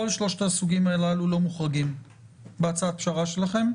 כל שלושת הסוגים הללו לא מוחרגים בהצעת פשרה שלכם.